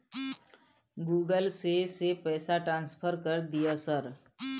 Google से से पैसा ट्रांसफर कर दिय सर?